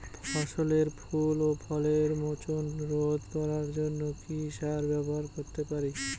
ফসলের ফুল ও ফলের মোচন রোধ করার জন্য কি সার ব্যবহার করতে পারি?